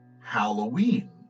halloween